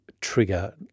trigger